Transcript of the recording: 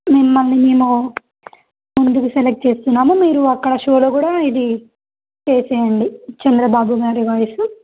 మిమ్మల్ని మేము ముందుకు సెలెక్ట్ చేస్తున్నాము మీరు అక్కడ షోలో కూడా ఇది చేసేయండి చంద్రబాబుమారి వాాయ్స్